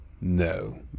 No